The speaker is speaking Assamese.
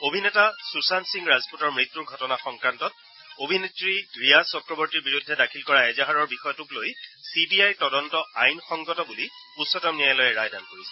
অভিনেতা সুশান্ত সিং ৰাজপুতৰ মৃত্যুৰ ঘটনা সংক্ৰান্তত অভিনেত্ৰী ৰিয়া চক্ৰৱৰ্তীৰ বিৰুদ্ধে দাখিল কৰা এজাহাৰৰ বিষয়টোক লৈ চিবিআইৰ তদন্ত আইনসংগত বুলি উচ্চতম ন্যায়ালয়ে ৰায়দান কৰিছে